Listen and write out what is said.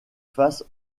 face